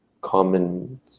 common